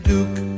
Duke